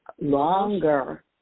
Longer